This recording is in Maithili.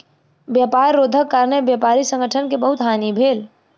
व्यापार रोधक कारणेँ व्यापारी संगठन के बहुत हानि भेल